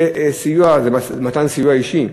זה מתן סיוע אישי.